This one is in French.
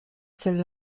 celle